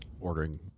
ordering